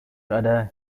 other